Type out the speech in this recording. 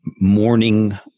morning